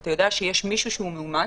אתה יודע שיש מישהו שהוא מאומת,